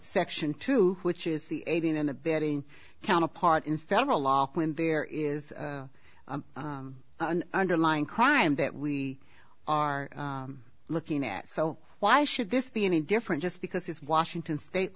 section two which is the aiding and abetting counterpart in federal law when there is an underlying crime that we are looking at so why should this be any different just because it's washington state